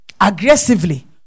Aggressively